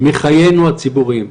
מחיינו הציבוריים.